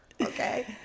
okay